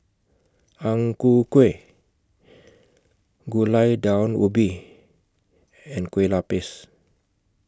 Ang Ku Kueh Gulai Daun Ubi and Kueh Lapis